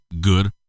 good